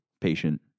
patient